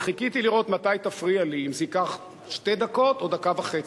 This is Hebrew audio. אני חיכיתי לראות מתי תפריע לי: אם זה ייקח שתי דקות או דקה וחצי.